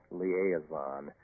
liaison